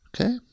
Okay